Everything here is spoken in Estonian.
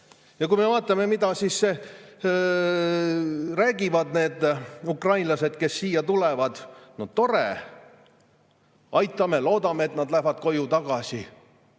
Kui me vaatame, mida räägivad need ukrainlased, kes siia tulevad – no tore, aitame! Loodame, et nad lähevad koju tagasi,